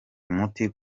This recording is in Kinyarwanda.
umuti